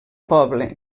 poble